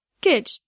Good